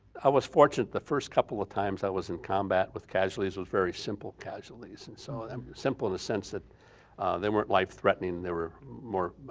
i was fortunate the first couple of times i was in combat with casualties was very simple casualties and so ah um simple in the sense that they weren't life-threatening, they were more